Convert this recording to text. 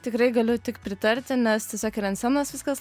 tikrai galiu tik pritarti nes tiesiog ir ant scenos viskas